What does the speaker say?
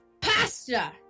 pasta